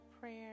prayer